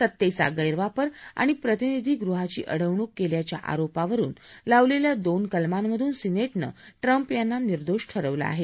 सत्तेचा गद्वापर आणि प्रतिनिधी गृहाची अडवणूक केल्याच्या आरोपावरुन लावलेल्या दोन कलमांमधून सिनेजे ट्रंप यांना निर्दोष ठरवलं आहे